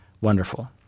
wonderful